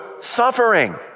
suffering